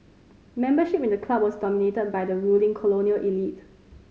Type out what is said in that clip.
membership in the club was dominated by the ruling colonial elite